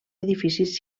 edificis